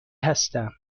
هستم